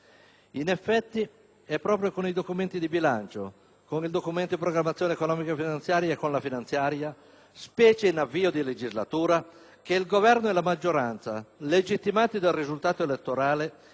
In effetti, è proprio con i documenti di bilancio, con il Documento di programmazione economico-finanziaria e con la finanziaria, specie in avvio di legislatura, che il Governo e la maggioranza, legittimati dal risultato elettorale,